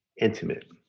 intimate